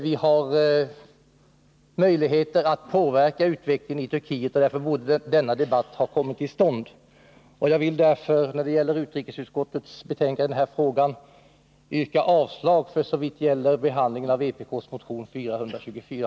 Vi har möjligheter att påverka utvecklingen i Turkiet, och därför borde denna debatt ha kommit till stånd. Jag yrkar avslag på utrikesutskottets hemställan såvitt avser behandlingen av vpk:s motion 1980/81:424.